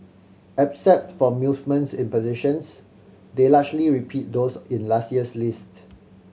except for movements in positions they largely repeat those in last year's list